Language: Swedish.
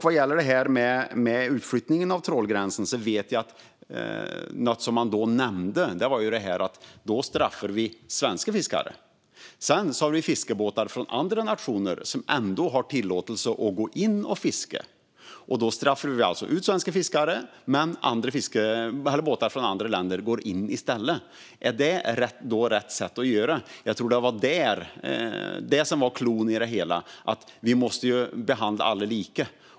Vad gäller utflyttningen av trålgränsen vet jag att något som nämndes var att svenska fiskare då skulle straffas. Fiskebåtar från andra nationer har tillåtelse att gå in och fiska. Vi skulle alltså straffa svenska fiskare, och båtar från andra länder skulle gå in i stället. Är det då rätt sätt? Jag tror att det som var cloun i det hela handlade om att vi måste behandla alla lika.